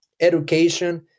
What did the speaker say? education